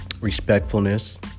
respectfulness